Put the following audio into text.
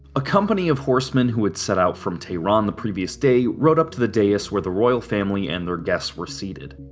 a company of horsemen who had set out from tehran the previous day rode up to the dais where the royal family and their guests were seated.